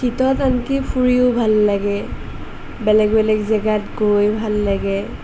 শীতত আনকি ফুৰিও ভাল লাগে বেলেগ বেলেগ জেগাত গৈ ভাল লাগে